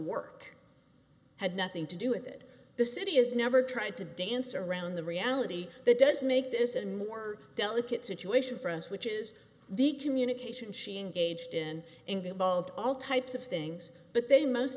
work had nothing to do with it the city has never tried to dance around the reality that does make this and more delicate situation for us which is the communication she engaged in involved all types of things but they most